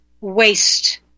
waste